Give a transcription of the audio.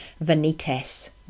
vanitas